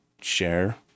share